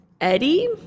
Eddie